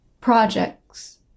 projects